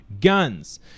guns